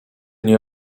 nie